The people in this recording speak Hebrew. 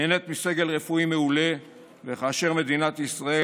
נהנית מסגל רפואי מעולה וכאשר מדינת ישראל